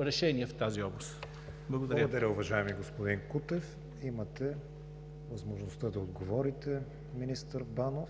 решения в тази област. Благодаря. ПРЕДСЕДАТЕЛ КРИСТИАН ВИГЕНИН: Благодаря, уважаеми господин Кутев. Имате възможността да отговорите, министър Банов